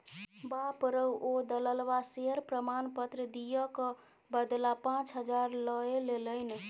बाप रौ ओ दललबा शेयर प्रमाण पत्र दिअ क बदला पाच हजार लए लेलनि